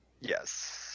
Yes